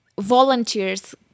volunteers